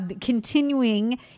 continuing